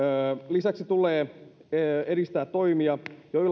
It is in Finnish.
lisäksi tulee edistää toimia joilla